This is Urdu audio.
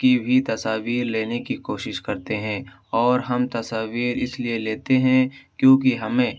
کی بھی تصاویر لینے کی کوشش کرتے ہیں اور ہم تصاویر اس لیے لیتے ہیں کیونکہ ہمیں